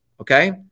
okay